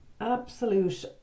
absolute